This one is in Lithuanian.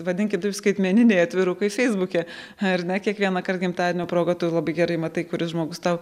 vadinkim taip skaitmeniniai atvirukai feisbuke ar ne kiekvienąkart gimtadienio proga tu labai gerai matai kuris žmogus tau